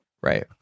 Right